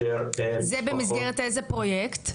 זה במסגרת איזה פרויקט?